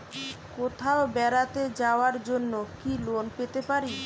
কোথাও বেড়াতে যাওয়ার জন্য কি লোন পেতে পারি?